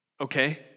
Okay